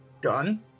done